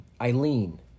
Eileen